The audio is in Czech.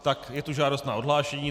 Tak je tu žádost na odhlášení.